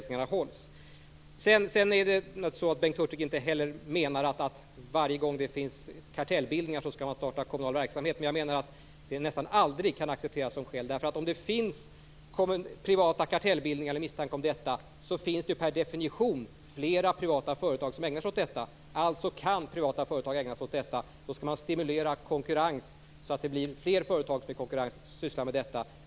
Bengt Hurtig menar naturligtvis inte heller att man skall starta kommunal verksamhet varje gång det finns kartellbildningar. Jag menar att det nästan aldrig kan accepteras som skäl. När det finns privata kartellbildningar eller misstanke om sådana måste det per definition finnas flera privata företag som ägnar sig åt denna verksamhet. Följaktligen kan privata företag ägna sig åt denna verksamhet. Då skall man stimulera konkurrens, så att det blir fler företag som i konkurrens sysslar med denna verksamhet.